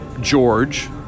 George